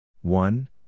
one